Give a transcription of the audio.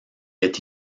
est